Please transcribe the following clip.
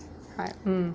high mm